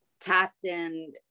tapped-in